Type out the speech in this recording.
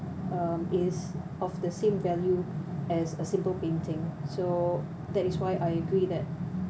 um is of the same value as a simple painting so that is why I agree that